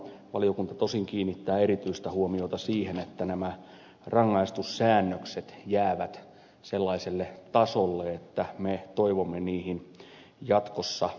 valiokunta tosin kiinnittää erityistä huomiota siihen että nämä rangaistussäännökset jäävät sellaiselle tasolle että me toivomme niihin jatkossa paneuduttavan